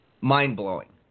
mind-blowing